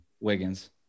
Wiggins